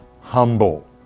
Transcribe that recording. humble